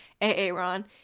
aaron